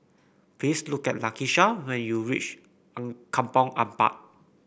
please look at Lakisha when you reach Kampong Ampat